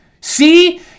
See